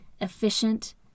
efficient